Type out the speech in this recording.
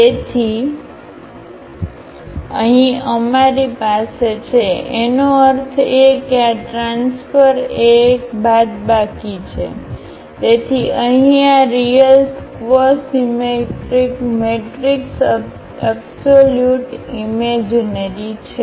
તેથી અહીં અમારી પાસે છે એનો અર્થ એ કે આ ટ્રાન્સફર એ એ બાદબાકી છે તેથી અહીં આ real skew symmetric matrix absolute imaginary છે